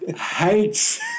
hates